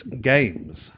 games